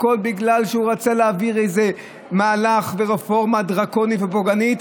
הכול בגלל שהוא רצה להעביר איזה מהלך ורפורמה דרקונית ופוגענית,